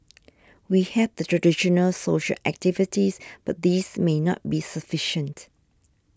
we have the traditional social activities but these may not be sufficient